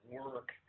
work